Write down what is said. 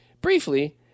briefly